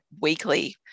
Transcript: weekly